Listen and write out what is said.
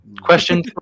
Question